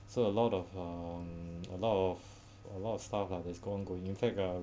so a lot of um a lot of a lot of stuff lah that's ongoing in fact uh